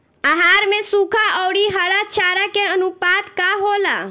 आहार में सुखा औरी हरा चारा के आनुपात का होला?